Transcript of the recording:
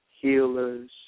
healers